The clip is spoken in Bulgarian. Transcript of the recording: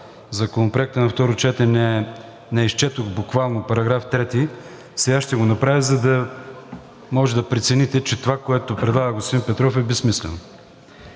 Законопроекта на второ четене не изчетох буквално § 3, сега ще го направя, за да може да прецените, че това, което предлага господин Петров, е безсмислено.